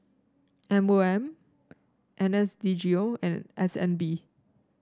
M O M N S D G O and S N B